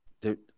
dude